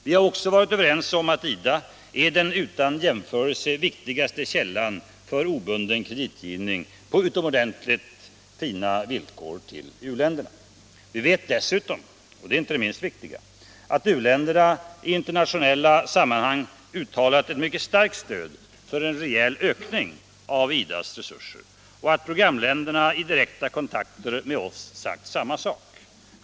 Vi har också varit överens om att IDA är den utan jämförelse viktigaste källan för obunden kreditgivning på utomordentligt fina villkor till uländerna. Vi vet dessutom — och det är inte det minst viktiga — att u-länderna i internationella sammanhang uttalat ett mycket starkt stöd för en rejäl ökning av IDA:s resurser och att programländerna i direkta kontakter med oss sagt samma sak.